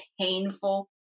painful